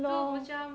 lah